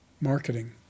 marketing